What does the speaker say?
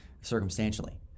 circumstantially